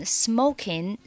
smoking